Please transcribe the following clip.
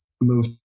move